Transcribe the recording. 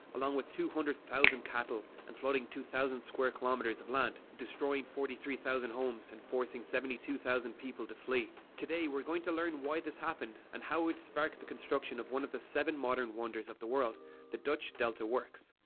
along with two hundred thousand cattle and flooding two thousand square kilometres of land, destroying forty three thousand homes and forcing and seventy two thousand people to flee. today, we are going to learn why this happened and how it would spark the construction of one of the seven modern wonders of the world the dutch delta works.